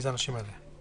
מי זה האנשים האלה?